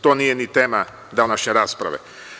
To nije ni tema današnje rasprave.